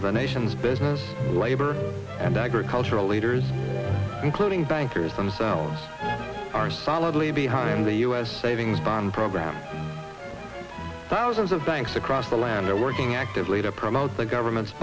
of the nation's business labor and agricultural leaders including bankers themselves are solidly behind the u s savings bond program thousands of banks across the land are working actively to promote the government's